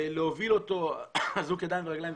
להוביל אותו אזוק ידיים ורגליים.